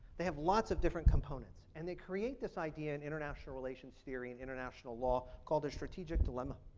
they have lots of different components and they create this idea in international relations theory and international law called a strategic dilemma.